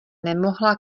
nemohla